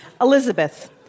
Elizabeth